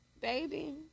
Baby